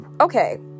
okay